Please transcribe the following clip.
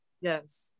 Yes